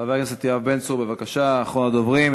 חבר הכנסת יואב בן צור, בבקשה, אחרון הדוברים.